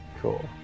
Cool